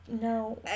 no